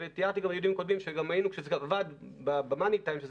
ותיארתי גם בדיונים קודמים כשזה עבד ב money time,